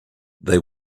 they